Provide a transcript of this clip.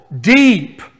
deep